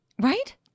Right